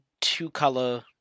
two-color